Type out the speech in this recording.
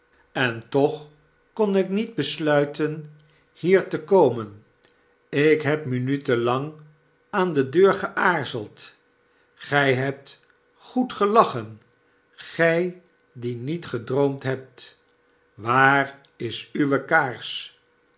en toch kon ik niet besluiten hier te komen ik heb minuten lang aan de deur geaarzeld gy hebt goed lachen gy die niet gedroomd hebt waar is uwe kaars